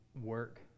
work